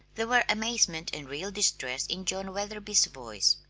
there were amazement and real distress in john wetherby's voice.